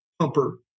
pumper